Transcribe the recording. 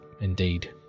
indeed